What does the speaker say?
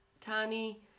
Tani